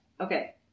Okay